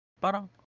parang